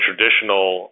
Traditional